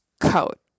coat